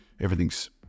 everything's